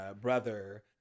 brother